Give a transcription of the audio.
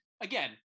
again